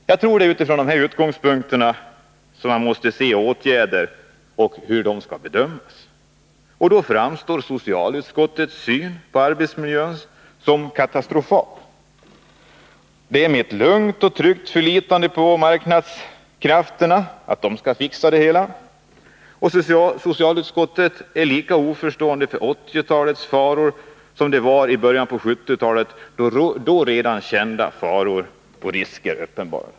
Jag tror att det är utifrån dessa utgångspunkter som vi måste bedöma åtgärderna. Då framstår socialutskottets syn på arbetsmiljön som katastrofal. Det är ett lugnt och tryggt förlitande på att marknadskrafterna skall fixa det hela. I socialutskottet är man lika oförstående för 1980-talets faror som man var i början på 1970-talet för då redan kända faror och risker.